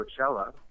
Coachella